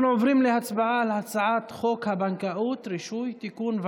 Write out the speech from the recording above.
אנחנו עוברים להצבעה על הצעת חוק הבנקאות (רישוי) (תיקון,